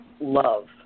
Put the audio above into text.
love